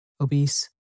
obese